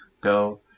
go